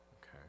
okay